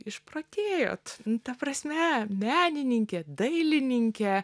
išprotėjot ta prasme menininkė dailininkė